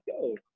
go